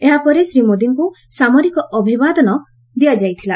ଏହାପରେ ଶ୍ରୀ ମୋଦିଙ୍କୁ ସାମରିକ ଅଭିବାଦନ ଦିଆଯାଇଥିଲା